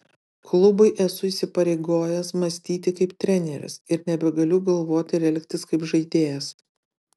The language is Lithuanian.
klubui esu įsipareigojęs mąstyti kaip treneris ir nebegaliu galvoti ir elgtis kaip žaidėjas